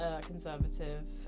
Conservative